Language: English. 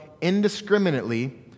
indiscriminately